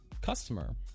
customer